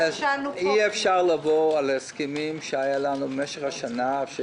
אי-אפשר לעבור על ההסכמים שהיו לנו במשך השנה.